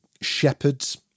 shepherds